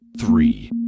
three